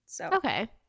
Okay